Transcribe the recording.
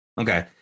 Okay